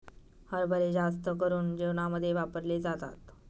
हरभरे जास्त करून जेवणामध्ये वापरले जातात